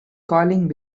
calling